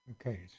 Okay